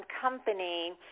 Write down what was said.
Company